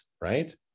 right